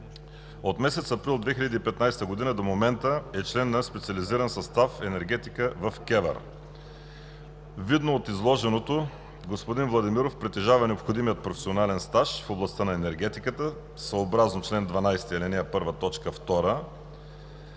От месец април 2015 г. до момента е член на специализиран състав „Енергетика“ в КЕВР. Видно от изложеното, господин Владимиров притежава необходимия професионален стаж в областта на енергетиката съобразно чл. 12, ал. 1, т. 2,